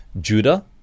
Judah